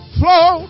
flow